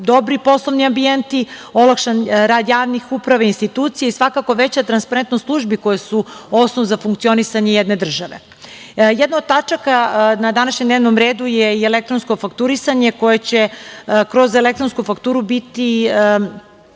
dobri poslovni ambijenti, olakšan je rad javne uprave i institucija i svakako veća transparentnost službi koje su osnov za funkcionisanje jedne države. Jedna od tačaka na današnjem dnevnom redu je i elektronsko fakturisanje jer će kroz elektronsku fakturu biti